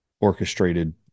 orchestrated